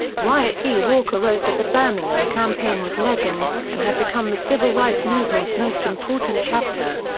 wyatt tee walker wrote that the birmingham campaign was legend and had become the civil rights movement's most important chapter.